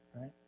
right